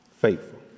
faithful